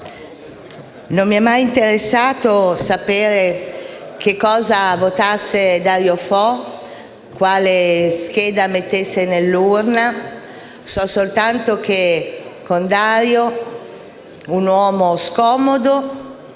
non mi è mai interessato sapere cosa votasse Dario Fo, quale scheda inserisse nell'urna; so soltanto che con Dario, un uomo scomodo,